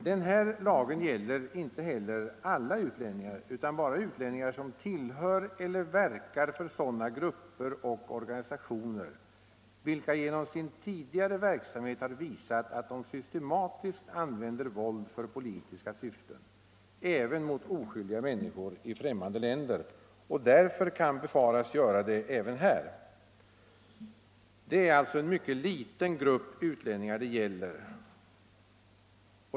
Den här lagen gäller inte heller alla utlänningar, utan bara sådana utlänningar som tillhör eller verkar för sådana grupper och organisationer vilka genom sin tidigare verksamhet har visat att de systematiskt använder våld för politiska syften, även mot oskyldiga människor i främmande länder, och därför kan befaras göra det även här. Det är alltså en mycket liten grupp utlänningar det gäller.